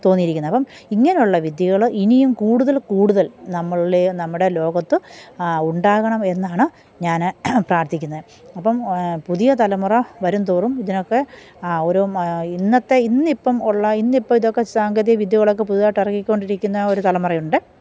തോന്നിയിരിക്കുന്നത് അപ്പം ഇങ്ങനെയുള്ള വിദ്യകൾ ഇനിയും കൂടുതല് കൂടുതല് നമ്മൾ ഈ നമ്മുടെ ലോകത്ത് ഉണ്ടാകണം എന്നാണ് ഞാൻ പ്രാര്ത്ഥിക്കുന്നത് അപ്പം പുതിയ തലമുറ വരും തോറും ഇതിനൊക്കെ ഒരോ മ ഇന്നത്തെ ഇന്നിപ്പം ഉള്ള ഇന്നിപ്പം ഇതൊക്കെ സാങ്കേതികവിദ്യകളൊക്കെ പുതുതായിട്ട് ഇറക്കിക്കൊണ്ടിരിക്കുന്ന ഒരു തലമുറ ഉണ്ട്